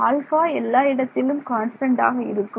alpha எல்லா இடத்திலும் கான்ஸ்டன்ட்டாக இருக்கும்